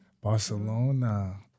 Barcelona